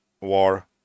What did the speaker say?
War